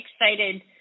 excited